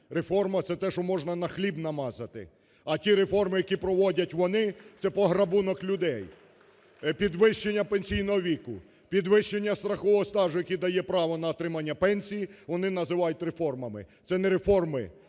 реформа – це те, що можна на хліб намазати, а ті реформи, які проводять вони, це пограбунок людей. Підвищення пенсійного віку, підвищення страхового стажу, який дає право на отримання пенсій, вони називають реформами. Це не реформи,